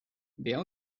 wer